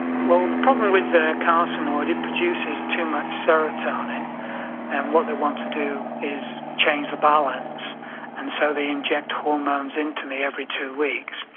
well the problem with carcinoid it produces too much serotonin and what they want to do is change the balance and so they inject hormones into me every two weeks.